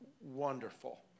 wonderful